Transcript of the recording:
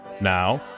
Now